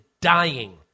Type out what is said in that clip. dying